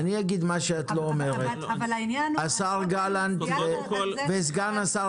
אני אגיד את מה שאת לא אומרת: השר גלנט וסגן השר